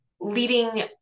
leading